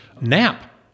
nap